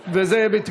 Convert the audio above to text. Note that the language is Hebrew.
מתנגדים ואין